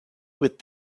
with